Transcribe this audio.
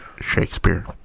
shakespeare